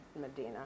Medina